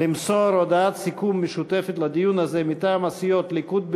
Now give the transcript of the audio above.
למסור הודעת סיכום משותפת לדיון הזה מטעם הסיעות הליכוד,